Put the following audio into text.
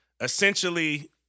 essentially